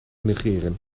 negeren